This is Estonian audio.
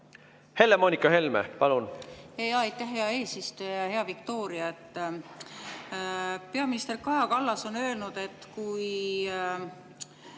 Helle-Moonika Helme, palun!